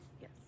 Yes